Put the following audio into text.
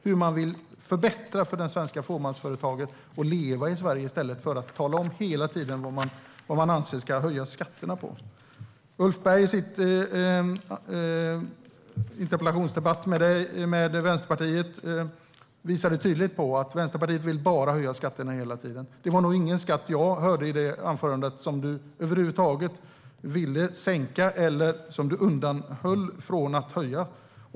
Hur vill man förbättra för de svenska fåmansföretagen att leva i Sverige i stället för att hela tiden tala om på vad man anser att skatterna ska höjas? En interpellationsdebatt med Vänsterpartiet visade tydligt att Vänsterpartiet bara vill höja skatterna hela tiden. I den debatten hörde jag inte att det var någon skatt över huvud taget som Daniel Sestrajcic ville sänka eller inte ville höja.